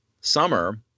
summer